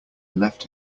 left